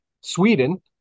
Sweden